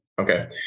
Okay